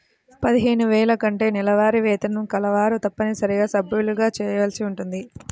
పదిహేను వేల కంటే నెలవారీ వేతనం కలవారు తప్పనిసరిగా సభ్యులుగా చేరవలసి ఉంటుంది